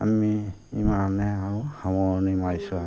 আমি ইমানে আৰু সামৰণি মাৰিছোঁ আৰু